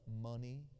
money